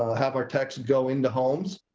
have our techs go into homes